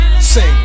sing